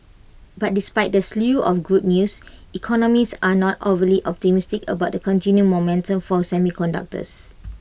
but despite the slew of good news economists are not overly optimistic about the continued momentum for semiconductors